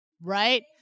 Right